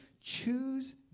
choose